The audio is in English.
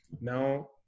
Now